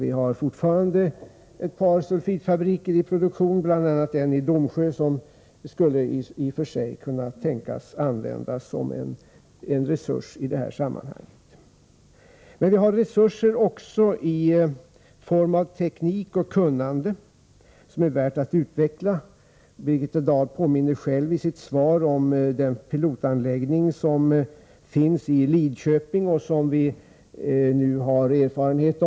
Vi har fortfarande ett par sulfitfabriker i produktion — bl.a. en i Domsjö, som i och för sig skulle kunna användas som en resurs i det sammanhanget. Vi har också resurser i form av teknik och kunnande, och detta är värt att utveckla. Birgitta Dahl påminde ju i sitt svar om den pilotanläggning som finns i Lidköping och som vi nu har erfarenhet av.